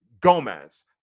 Gomez